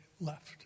left